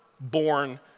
born